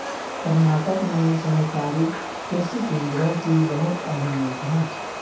कर्नाटक में सहकारी कृषि केंद्रों की बहुत अहमियत है